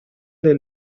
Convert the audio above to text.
the